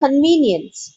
convenience